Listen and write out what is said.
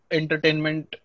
entertainment